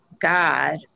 God